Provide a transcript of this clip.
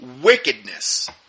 wickedness